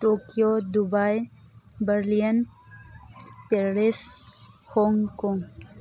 Tokyo Dubai Berlin Paris Hong Kong